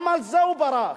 גם על זה הוא ברח.